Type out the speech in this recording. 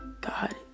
God